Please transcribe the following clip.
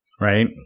right